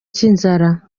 cy’inzara